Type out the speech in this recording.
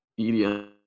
EDM